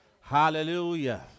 Hallelujah